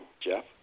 Jeff